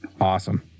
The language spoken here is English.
Awesome